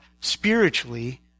spiritually